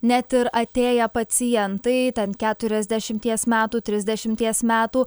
net ir atėję pacientai ten keturiasdešimties metų trisdešimties metų